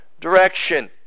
direction